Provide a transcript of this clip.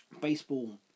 baseball